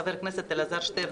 חבר הכנסת אלעזר שטרן,